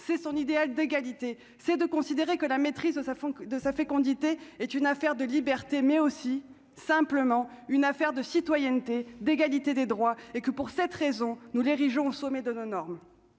c'est son idéal d'égalité c'est de considérer que la maîtrise de sa femme, de sa fécondité est une affaire de liberté mais aussi simplement une affaire de citoyenneté, d'égalité des droits et que pour cette raison, nous les régions au sommet de nos normes